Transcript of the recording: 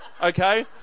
okay